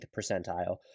percentile